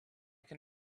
can